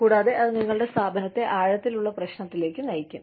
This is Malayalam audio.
കൂടാതെ അത് നിങ്ങളുടെ സ്ഥാപനത്തെ ആഴത്തിലുള്ള പ്രശ്നത്തിലേക്ക് നയിക്കും